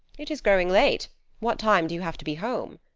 it is growing late what time do you have to be home?